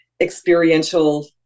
experiential